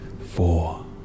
four